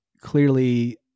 clearly